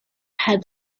had